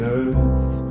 earth